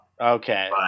Okay